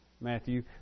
Matthew